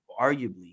arguably